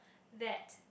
that